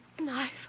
Knife